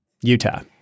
Utah